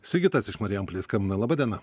sigitas iš marijampolės skambina laba diena